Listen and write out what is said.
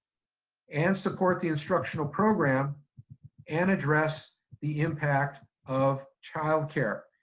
and support the instructional program and address the impact of childcare.